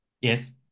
Yes